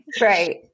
Right